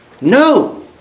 No